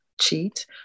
cheat